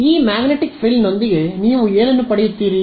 ಈ ಮ್ಯಾಗ್ನೆಟಿಕ್ ಫ್ರಿಲ್ನೊಂದಿಗೆ ನೀವು ಏನು ಪಡೆಯುತ್ತೀರಿ